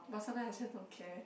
but sometimes I just don't care